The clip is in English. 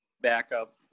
backup